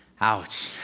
Ouch